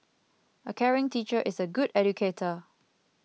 a caring teacher is a good educator